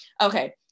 okay